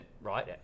right